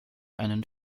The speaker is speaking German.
einen